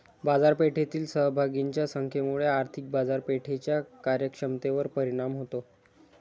बाजारपेठेतील सहभागींच्या संख्येमुळे आर्थिक बाजारपेठेच्या कार्यक्षमतेवर परिणाम होतो